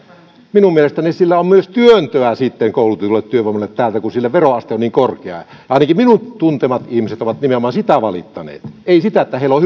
minun mielestäni sillä on myös työntöä sitten koulutetulle työvoimalle täältä kun sille veroaste on niin korkea ainakin minun tuntemani ihmiset ovat nimenomaan sitä valittaneet eivät sitä että heillä on